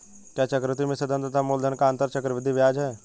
क्या चक्रवर्ती मिश्रधन तथा मूलधन का अंतर चक्रवृद्धि ब्याज है?